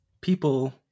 people